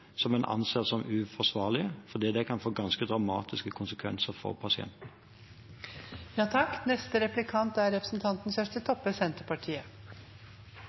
som en anser som uforsvarlige, for det kan få ganske dramatiske konsekvenser for